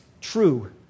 true